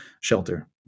shelter